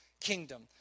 kingdom